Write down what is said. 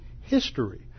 history